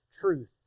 truth